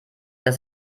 dass